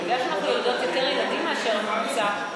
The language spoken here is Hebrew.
מכיוון שאנחנו יולדות יותר ילדים מאשר הממוצע,